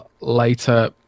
later